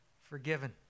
Forgiven